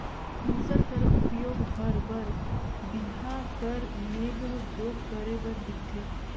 मूसर कर उपियोग हर बर बिहा कर नेग जोग करे बर दिखथे